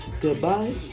Goodbye